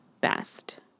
best